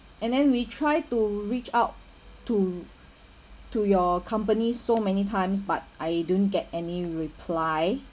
and then we try to reach out to to your company so many times but I don't get any reply